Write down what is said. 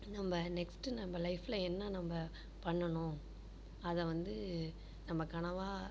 நம்ம நெக்ஸ்ட் நம்ம லைஃப்பில் என்ன நம்ம பண்ணணும் அதை வந்து நம்ம கனவாக